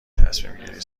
تصمیمگیری